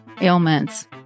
ailments